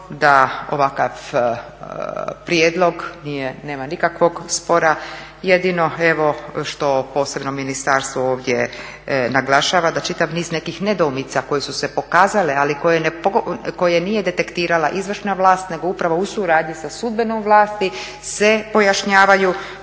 da ovakav prijedlog nema nikakvog spora, jedino evo što posebno ministarstvo ovdje naglašava da čitav niz nekih nedoumica koje su se pokazale, ali koje nije detektirala izvršna vlast nego upravo u suradnji sa sudbenom vlasti se pojašnjavaju